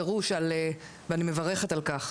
ואני מברכת על כך.